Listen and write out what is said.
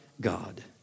God